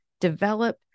develop